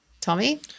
Tommy